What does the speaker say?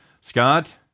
Scott